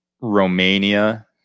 Romania